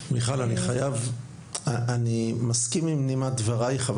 אני מסכים עם נימת דברייך,